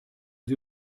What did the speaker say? sie